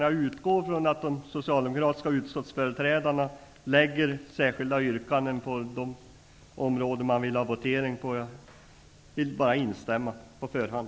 Jag utgår från att de socialdemokratiska utskottsföreträdarna avger särskilda yrkanden på de områden de vill ha votering. Jag instämmer på förhand.